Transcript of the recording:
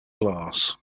glass